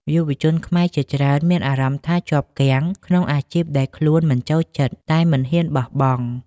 យុវជនខ្មែរជាច្រើនមានអារម្មណ៍ថាជាប់គាំងក្នុងអាជីពដែលខ្លួនមិនចូលចិត្ត តែមិនហ៊ានបោះបង់។